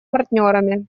партнерами